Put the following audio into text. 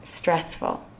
stressful